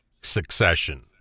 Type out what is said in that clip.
Succession